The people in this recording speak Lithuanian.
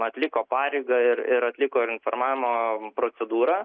atliko pareigą ir ir atliko ir informavimo procedūrą